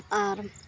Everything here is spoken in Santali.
ᱟᱨ